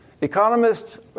economists